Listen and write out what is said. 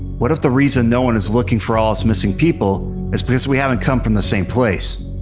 what if the reason no one is looking for all us missing people is because we haven't come from the same place.